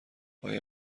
آیا